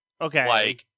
Okay